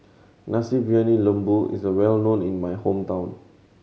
Nasi Briyani Lembu is well known in my hometown